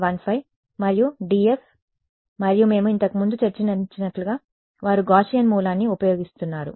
15 మరియు df మరియు మేము ఇంతకు ముందు చర్చించినట్లుగా వారు గాస్సియన్ సోర్స్ ని ఉపయోగిస్తున్నారు